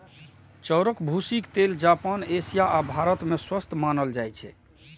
चाउरक भूसीक तेल जापान, एशिया आ भारत मे स्वस्थ मानल जाइ छै